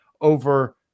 over